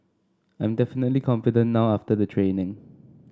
I'm definitely confident now after the training